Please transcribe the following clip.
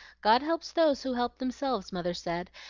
god helps those who help themselves, mother says,